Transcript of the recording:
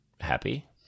happy